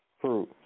True